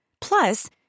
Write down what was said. Plus